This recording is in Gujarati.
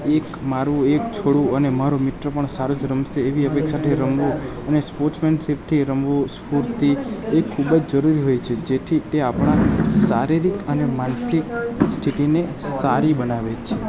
એક મારું એક છોડું અને મારો મિત્ર પણ સારું જ રમશે એવી અપેક્ષાથી રમવું અને સ્પોર્ટ્સમેનશીપથી રમવું સ્ફૂર્તિ એ ખૂબ જ જરૂરી હોય છે જેથી તે આપણા શારીરિક અને માનસિક સ્થિતિને સારી બનાવે છે